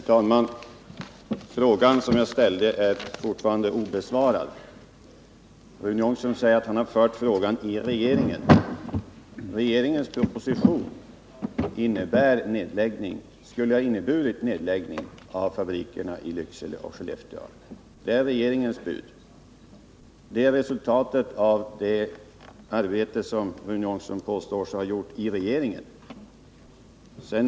Herr talman! Den fråga jag ställde är fortfarande obesvarad. Rune Ångström säger att han har drivit frågan i regeringen. Men regeringens proposition skulle ha inneburit nedläggning av fabrikerna i Lycksele och Skellefteå. Det var regeringens bud, och det var resultatet av det som Rune Ångström påstår sig ha gjort i regeringen.